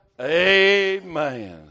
Amen